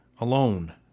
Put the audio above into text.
alone